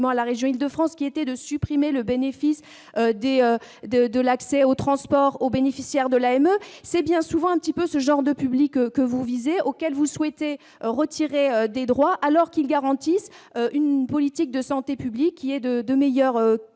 à la région Île-de-France, qui était de supprimer le bénéfice des de de l'accès aux transports, aux bénéficiaires de l'AME c'est bien souvent un petit peu ce genre de public que vous visez auquel vous souhaitez retirer des droits alors qu'ils garantissent une politique de santé publique, qui est de de meilleure qualité,